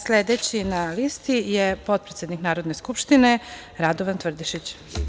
Sledeći na listi je potpredsednik Narodne skupštine, Radovan Tvrdišić.